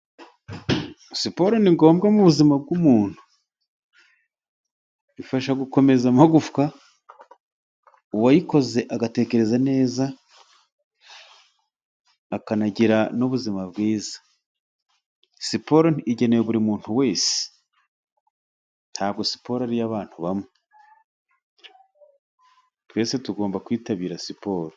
Siporo ni ngombwa mu buzima bw'umuntu. Ifasha gukomeza amagufwa uwayikoze agatekereza neza akanagira n'ubuzima bwiza. Siporo igenewe buri wese, ntabwo siporo ari iy'abantu bamwe. Twese tugomba kwitabira siporo.